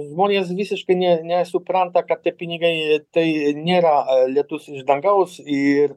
žmonės visiškai nė nesupranta kad tie pinigai tai nėra lietus iš dangaus ir